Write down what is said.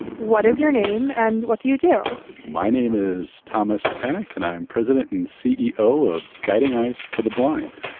what is your name and what do you do? my name is thomas panic and i am president and ceo of guiding eyes for the blind.